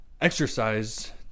exercise